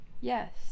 Yes